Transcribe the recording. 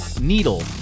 needle